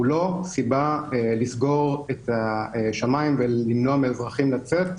הוא לא סיבה לסגור את השמיים ולמנוע מאזרחים לצאת.